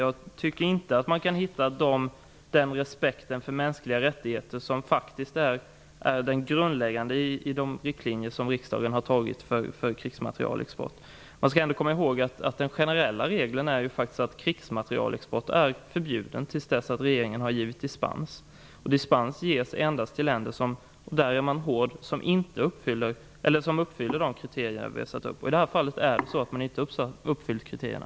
Jag tycker inte att man här kan hitta den respekt för mänskliga rättigheter som är grundläggande i de riktlinjer som riksdagen har antagit för krigsmaterielexport. Den generella regeln är att krigsmaterielexport är förbjuden till dess att regeringen har givit dispens. Dispens ges endast till länder som uppfyller de kriterier vi har satt upp, och där är man hård. I det här fallet har man inte uppfyllt kriterierna.